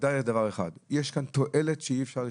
דבר אחד ודאי: יש כאן תועלת שאי אפשר לשער,